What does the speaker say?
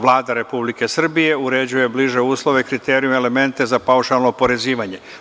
Vlada Republike Srbije uređuje bliže uslove, kriterijume i elemente za paušalno oporezivanje.